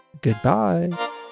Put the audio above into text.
Goodbye